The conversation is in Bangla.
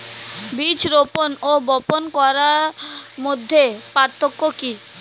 বীজ রোপন ও বপন করার মধ্যে পার্থক্য কি?